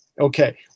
Okay